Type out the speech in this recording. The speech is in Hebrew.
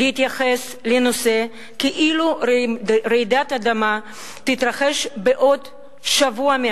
להתייחס לנושא כאילו רעידת האדמה תתרחש בעוד שבוע.